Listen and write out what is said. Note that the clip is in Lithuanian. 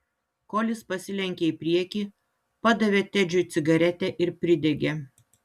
kolis pasilenkė į priekį padavė tedžiui cigaretę ir pridegė